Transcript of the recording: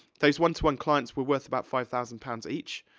those one-to-one clients were worth about five thousand pounds each,